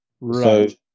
right